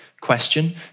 question